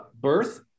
birth